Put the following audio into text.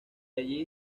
allí